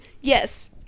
yes